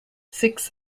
six